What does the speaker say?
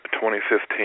2015